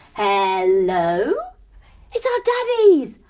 and hello? it's our daddies.